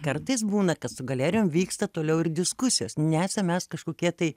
kartais būna kad su galerijom vyksta toliau ir diskusijos nesam mes kažkokie tai